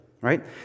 Right